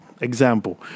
example